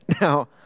Now